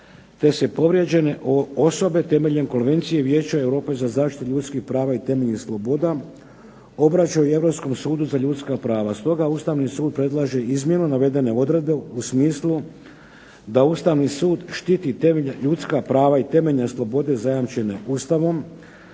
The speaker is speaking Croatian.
te se povrijeđene osobe temeljem Konvencije Vijeća Europe za zaštitu ljudskih prava i temeljnih sloboda obraćaju i Europskom sudu za ljudska prava. Stoga Ustavni sud predlaže izmjenu navedene odredbe u smislu da Ustavni sud štiti temeljna ljudska prava i temeljne slobode zajamčene Ustavom,